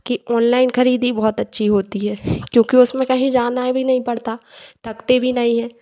कि ऑनलाइन खरीदी बहुत अच्छी होती है क्योंकि उसमें कहीं जाना भी नहीं पड़ता थकते भी नहीं है